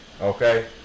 okay